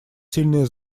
также